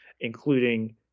including